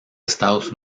estados